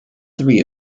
three